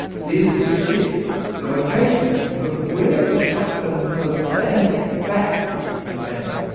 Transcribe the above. this would shift the locations of where the shotgun pellets landed back to random.